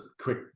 quick